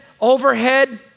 overhead